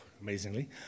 amazingly